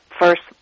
first